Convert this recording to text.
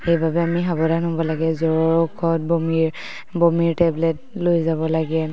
সেইবাবে আমি সাৱধান হ'ব লাগে জ্বৰৰ ঔষধ বমিৰ টেবলেট লৈ যাব লাগে